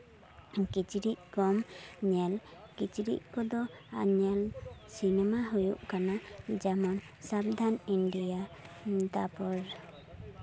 ᱠᱤᱪᱨᱤᱪ ᱠᱚᱢ ᱧᱮᱞ ᱠᱤᱪᱨᱤᱪ ᱠᱚᱫᱚ ᱟᱨ ᱧᱮᱞ ᱥᱤᱱᱮᱢᱟ ᱦᱩᱭᱩᱜ ᱠᱟᱱᱟ ᱡᱮᱢᱚᱱ ᱥᱟᱵᱫᱷᱟᱱ ᱤᱱᱰᱤᱭᱟ ᱛᱟᱨᱯᱚᱨ